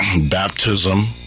baptism